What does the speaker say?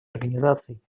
организаций